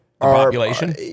population